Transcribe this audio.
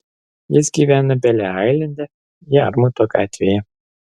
jis gyvena bele ailande jarmuto gatvėje